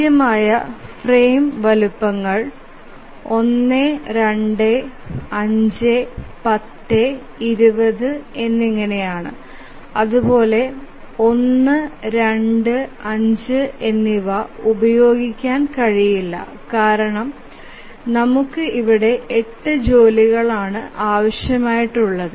സാധ്യമായ ഫ്രെയിം വലുപ്പങ്ങൾ 1 2 5 10 20 ആണ് അതുപോലെ 1 2 5 എന്നിവ ഉപയോഗിക്കാൻ കഴിയില്ല കാരണം നമുക്ക് ഇവിടെ 8 ജോലി ആവശ്യമാണ്